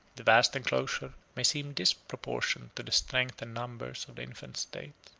the vast enclosure may seem disproportioned to the strength and numbers of the infant state.